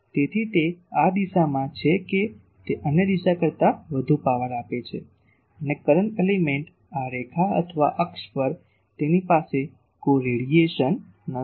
તેથી તે આ દિશામાં છે કે તે અન્ય દિશા કરતા વધુ પાવર આપે છે અને કરંટ એલીમેન્ટ રેખા અથવા અક્ષ પર તેની પાસે કોઈ રેડિયેશન નથી